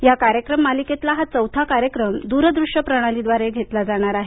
या कार्यक्रम मालिकेतला हा चौथा कार्यक्रम द्रदृश्य प्रणालीद्वारे घेतला जाणार आहे